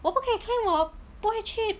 我不可以 claim 我不会去